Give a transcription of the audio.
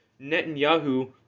Netanyahu